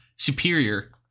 Superior